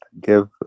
give